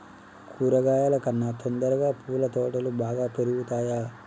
కూరగాయల కన్నా తొందరగా పూల తోటలు బాగా పెరుగుతయా?